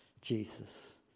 Jesus